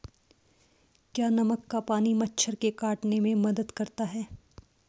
क्या नमक का पानी मच्छर के काटने में मदद करता है?